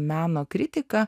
meno kritika